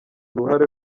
uruhare